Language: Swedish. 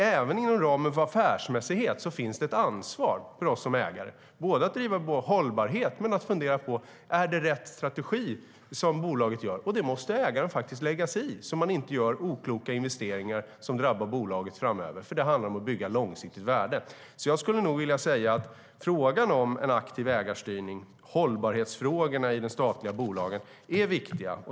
Även inom ramen för affärsmässighet finns ett ansvar för oss som ägare i fråga om hållbarhet och om det är rätt strategi. Det måste ägaren faktiskt lägga sig i så att det inte sker okloka investeringar som drabbar bolaget framöver. Det handlar om att bygga ett långsiktigt värde. Frågan om en aktiv ägarstyrning och hållbarhetsfrågorna i de statliga bolagen är viktiga.